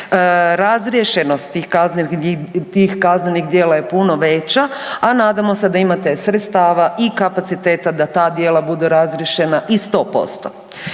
Razriješenost tih kaznenih djela je puno veća, a nadamo se da imate sredstava i kapaciteta da ta djela budu razriješena i 100%.